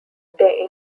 they